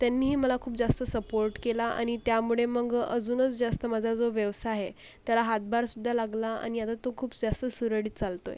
त्यांनीही मला खूप जास्त सपोर्ट केला आणि त्यामुळे मग अजूनच जास्त माझा जो व्यवसाय आहे त्याला हातभारसुद्धा लागला आणि आता तो खूप जास्त सुरळीत चालतो आहे